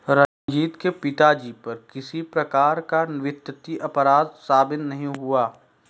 रंजीत के पिताजी पर किसी भी प्रकार का वित्तीय अपराध साबित नहीं हुआ